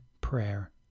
prayer